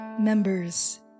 members